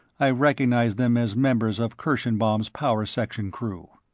i recognized them as members of kirschenbaum's power section crew.